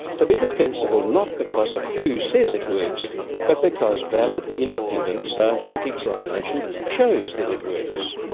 to be defensible not because of who says it works but because valid, independent scientific examination shows that it works.